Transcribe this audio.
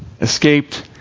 escaped